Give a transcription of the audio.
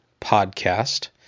Podcast